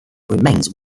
remains